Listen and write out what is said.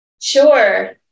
Sure